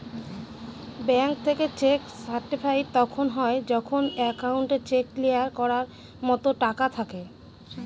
bank থেকে cheque certified তখন হয় যখন একাউন্টে চেক ক্লিয়ার করার মতো টাকা থাকে